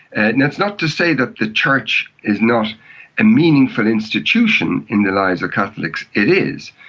and that's not to say that the church is not a meaningful institution in the lives of catholics it is.